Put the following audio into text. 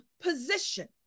position